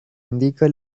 indica